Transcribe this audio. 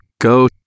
Go